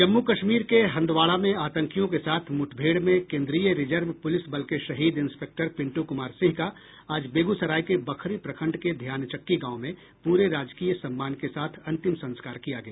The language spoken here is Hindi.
जम्मू कश्मीर के हंदवाड़ा में आतंकियों के साथ मुठभेड़ में केन्द्रीय रिजर्व पुलिस बल के शहीद इंस्पेक्टर पिंटू कुमार सिंह का आज बेगूसराय के बखरी प्रखंड के ध्यानचक्की गांव में पूरे राजकीय सम्मान के साथ अंतिम संस्कार किया गया